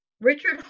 Richard